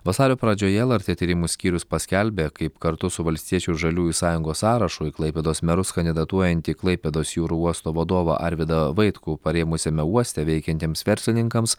vasario pradžioje lrt tyrimų skyrius paskelbė kaip kartu su valstiečių žaliųjų sąjungos sąrašu į klaipėdos merus kandidatuojantį klaipėdos jūrų uosto vadovą arvydą vaitkų parėmusiame uoste veikiantiems verslininkams